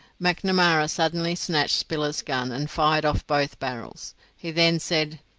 macnamara suddenly snatched spiller's gun, and fired off both barrels he then said,